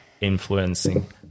influencing